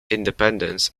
independence